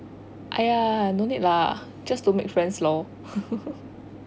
!aiya! no need lah just to make friends lor